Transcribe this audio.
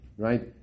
Right